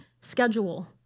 schedule